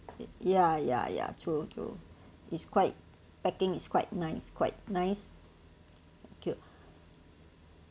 ya ya ya true true is quite packing is quite nice quite nice cute